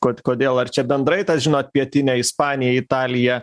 kod kodėl ar čia bendrai tą žinot pietinę ispanijai italiją